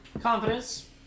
Confidence